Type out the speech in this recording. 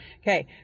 Okay